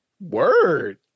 Word